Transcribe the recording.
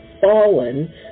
fallen